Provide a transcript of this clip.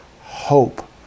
hope